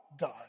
God